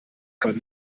kann